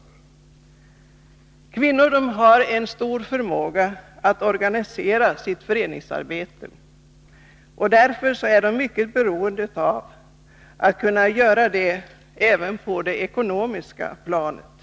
2 juni 1982 Kvinnor har ofta stor förmåga att organisera sitt föreningsarbete. Därför är de mycket beroende av att kunna göra det även på det ekonomiska stöd till kvinno planet.